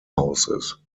houses